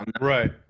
Right